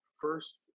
first